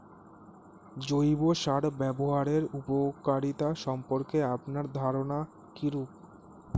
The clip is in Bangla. জৈব সার ব্যাবহারের উপকারিতা সম্পর্কে আপনার ধারনা কীরূপ?